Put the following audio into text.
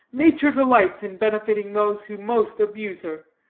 nature delights in benefiting those who most abuse her.